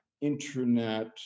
internet